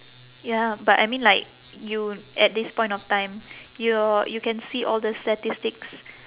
ya but I mean like you at this point of time your you can see all the statistics